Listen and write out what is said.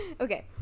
Okay